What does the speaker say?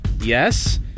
Yes